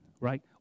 right